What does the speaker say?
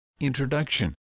Introduction